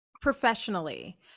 professionally